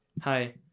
hi